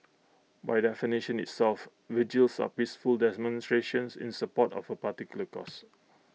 by definition itself vigils are peaceful demonstrations in support of A particular cause